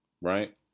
Right